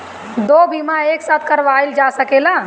दो बीमा एक साथ करवाईल जा सकेला?